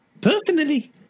Personally